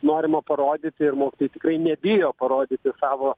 norima parodyti ir mokytojai tikrai nebijo parodyti savo